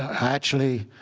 actually